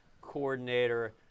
coordinator